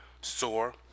sore